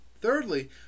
Thirdly